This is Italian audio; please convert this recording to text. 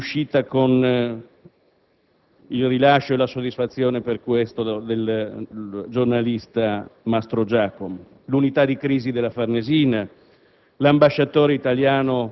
per ottenere tale risultato. Parlo delle istituzioni che hanno lavorato all'ombra, quelle che non erano di fronte ai riflettori, quelle che non hanno cercato in tutti i modi